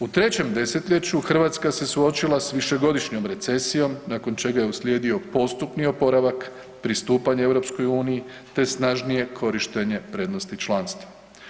U trećem desetljeću Hrvatska se suočila s višegodišnjom recesijom nakon čega je uslijedio postupni oporavak, pristupanje EU, te snažnije korištenje prednosti članstva.